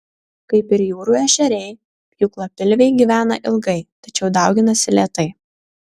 kaip ir jūrų ešeriai pjūklapilviai gyvena ilgai tačiau dauginasi lėtai